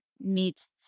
meets